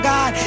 God